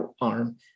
arm